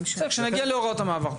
נדון בזה כשנגיע להוראות המעבר.